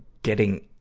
getting,